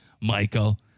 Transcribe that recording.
Michael